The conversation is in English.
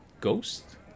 ghost